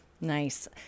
Nice